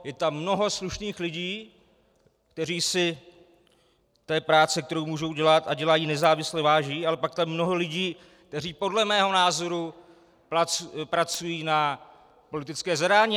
Je tam mnoho slušných lidí, kteří si práce, kterou můžou dělat a dělají nezávisle, váží, ale pak je tam mnoho lidí, kteří podle mého názoru pracují na politické zadání.